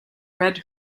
red